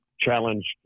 challenged